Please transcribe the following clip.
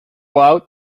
out